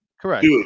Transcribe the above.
Correct